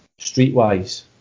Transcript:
streetwise